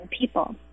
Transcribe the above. people